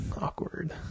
Awkward